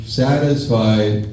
satisfied